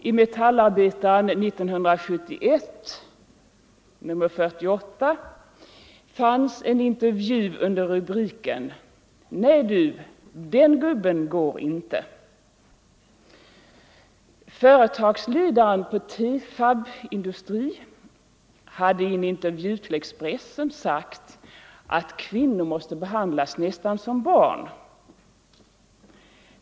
I Metallarbetaren nr 48, 1971, fanns en intervju under rubriken: ”Nej 61 Du, den gubben går inte.” Företagsledaren på Tefab industri hade i en intervju till Expressen sagt att kvinnor måste behandlas nästan som barn.